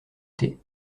thé